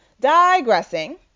Digressing